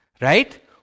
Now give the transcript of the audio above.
Right